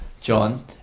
John